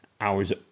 hours